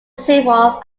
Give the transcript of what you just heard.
civil